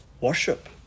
Worship